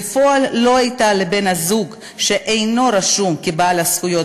בפועל לא הייתה לבן-הזוג שאינו רשום כבעל זכויות